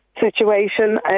situation